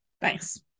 Thanks